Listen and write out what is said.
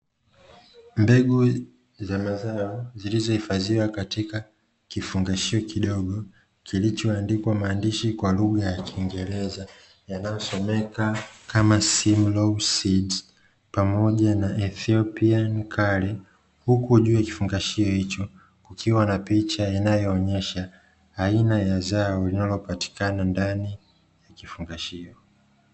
Mbegu za mazao zilizohifadhiwa katika kifungashio kidogo kilichoandikwa maandishi kwa lugha ya kiingereza yanayosomeka kama ''simlaw seeds'' pamoja na ''ethiopian kale'' huku juu ya kifungashio hicho kukiwa na picha inayoonyesha aina ya zao linalopatikana ndani ya kifungashio.